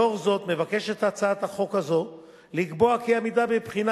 לאור זאת הצעת החוק הזאת מבקשת לקבוע כי עמידה בבחינה